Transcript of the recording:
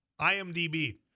IMDb